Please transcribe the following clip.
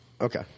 Okay